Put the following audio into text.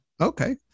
Okay